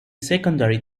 secondary